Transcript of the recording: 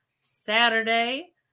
Saturday